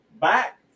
back